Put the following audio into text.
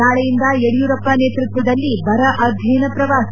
ನಾಳೆಯಿಂದ ಯಡಿಯೂರಪ್ಪ ನೇತೃತ್ವದಲ್ಲಿ ಬರ ಅಧ್ಯಯನ ಪ್ರವಾಸ